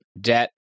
debt